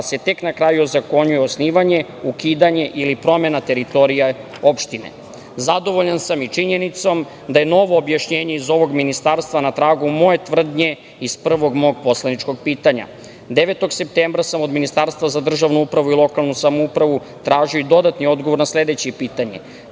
se tek na kraju ozakonjuje osnivanje, ukidanje ili promena teritorije opštine. Zadovoljan sam i činjenicom da je novo objašnjenje iz ovog ministarstva na tragu moje tvrdnje iz prvog mog poslaničkog pitanja. Devetog septembra sam od Ministarstva za državnu upravu i lokalnu samoupravu tražio i dodatni odgovor na sledeće pitanje.